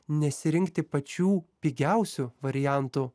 nesirinkti pačių pigiausių variantų